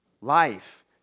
Life